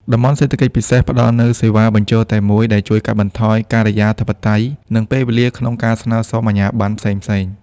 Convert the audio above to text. តំបន់សេដ្ឋកិច្ចពិសេស ផ្ដល់នូវ "សេវាបញ្ជរតែមួយ" ដែលជួយកាត់បន្ថយការិយាធិបតេយ្យ និងពេលវេលាក្នុងការស្នើសុំអាជ្ញាបណ្ណផ្សេងៗ។